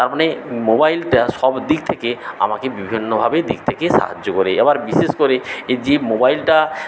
তার মানে মোবাইলটা সব দিক থেকে আমাকে বিভিন্নভাবে দিক থেকে সাহায্য করে আবার বিশেষ করে যে মোবাইলটা